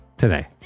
today